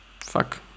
Fuck